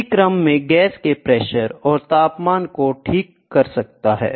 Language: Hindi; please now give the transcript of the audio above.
इसी क्रम में गैस के प्रेशर और तापमान को ठीक कर सकता है